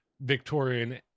Victorian